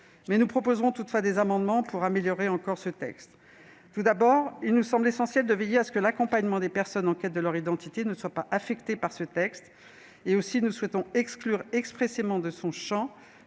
Nous proposerons toutefois des amendements, afin d'améliorer encore cette proposition de loi. Tout d'abord, il nous semble essentiel de veiller à ce que l'accompagnement des personnes en quête de leur identité ne soit pas affecté par ce texte. Aussi, nous souhaitons exclure expressément de son champ